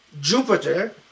Jupiter